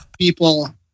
people